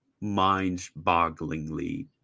mind-bogglingly